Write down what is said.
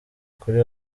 ukuri